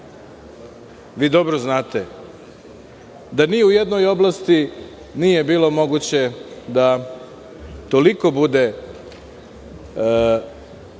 dobro znate, da ni u jednom oblasti nije bilo moguće da toliko bude